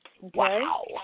Wow